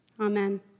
Amen